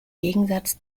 gegensatz